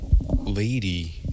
lady